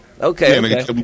Okay